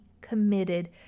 committed